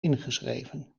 ingeschreven